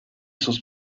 sus